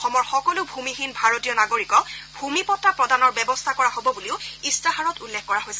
অসমৰ সকলো ভূমিহীন ভাৰতীয় নাগৰিকক ভূমিপট্টা প্ৰদানৰ ব্যৱস্থা কৰা হ'ব বুলিও ইস্তাহাৰত উল্লেখ কৰা হৈছে